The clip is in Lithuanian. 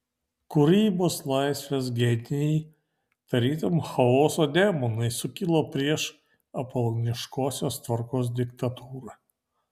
kūrybos laisvės genijai tarytum chaoso demonai sukilo prieš apoloniškosios tvarkos diktatūrą